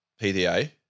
PDA